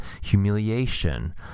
humiliation